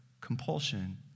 compulsion